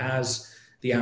has the